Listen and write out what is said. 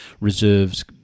reserves